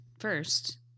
first